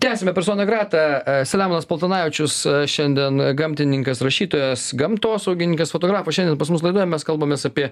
tęsiame persona grata selemonas paltanavičius šiandien gamtininkas rašytojas gamtosaugininkas fotografas šiandien pas mus laidoje mes kalbamės apie